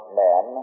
men